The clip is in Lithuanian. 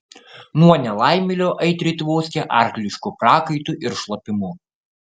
nuo nelaimėlio aitriai tvoskė arklišku prakaitu ir šlapimu